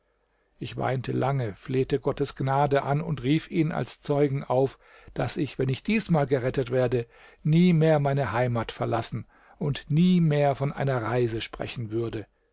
ich weinte lange flehte gottes gnade an und rief ihn als zeugen auf daß ich wenn ich diesmal gerettet werde nie mehr meine heimat verlassen und nie mehr von einer reise sprechen würde